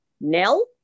Nell